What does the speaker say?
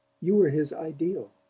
you were his ideal.